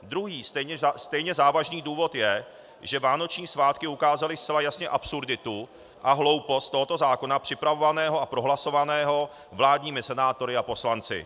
Druhý stejně závažný důvod je, že vánoční svátky ukázaly zcela jasně absurditu a hloupost tohoto zákona, připravovaného a prohlasovaného vládními senátory a poslanci.